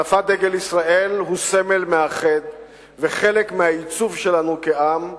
הנפת דגל ישראל היא סמל מאחד וחלק מהעיצוב שלנו כעם.